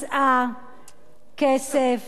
מצאה כסף